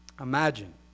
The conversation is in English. Imagine